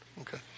okay